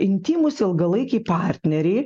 intymūs ilgalaikiai partneriai